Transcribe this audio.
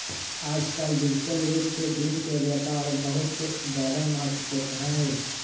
आजकल डिजिटल रूप से दिन के व्यापार बहुत ज्यादा महत्वपूर्ण हई